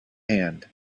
hand